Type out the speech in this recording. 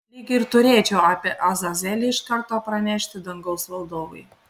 lyg ir turėčiau apie azazelį iš karto pranešti dangaus valdovui